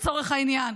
לצורך העניין,